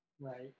Right